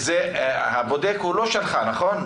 הבודק לא שלך, נכון?